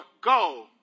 go